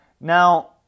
Now